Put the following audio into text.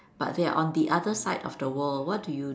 but they're on the other side of the world what do you do